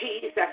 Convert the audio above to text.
Jesus